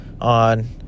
on